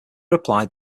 applied